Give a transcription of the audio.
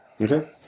Okay